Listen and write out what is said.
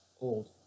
old